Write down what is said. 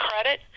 credit